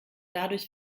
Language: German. dadurch